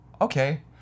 okay